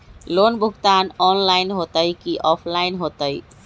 Loan भुगतान online होतई कि ऑफलाइन होतई?